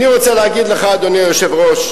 אני רוצה להגיד לך, אדוני היושב-ראש.